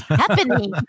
happening